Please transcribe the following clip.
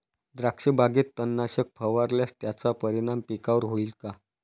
द्राक्षबागेत तणनाशक फवारल्यास त्याचा परिणाम पिकावर होईल का?